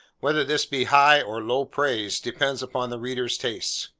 whether this be high or low praise, depends upon the reader's taste.